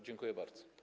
Dziękuję bardzo.